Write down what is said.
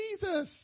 Jesus